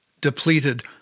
depleted